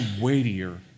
weightier